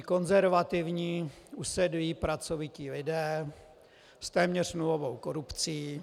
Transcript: Konzervativní, usedlí, pracovití lidé s téměř nulovou korupcí.